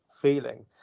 feeling